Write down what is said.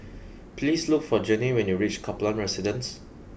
please look for Janae when you reach Kaplan Residence